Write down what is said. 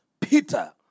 Peter